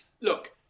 look